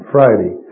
Friday